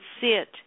sit